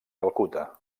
calcuta